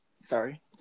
sorry